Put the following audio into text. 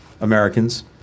Americans